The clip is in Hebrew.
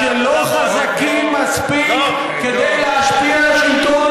אנחנו פוגעים באלה שלא חזקים מספיק להשפיע על השלטון,